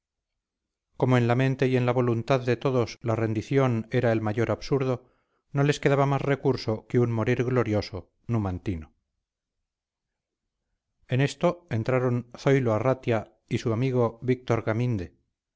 como en la mente y en la voluntad de todos la rendición era el mayor absurdo no les quedaba más recurso que un morir glorioso numantino en esto entraron zoilo arratia y su amigo víctor gaminde